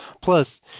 Plus